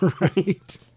Right